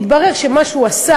יתברר מה שהוא עשה